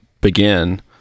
begin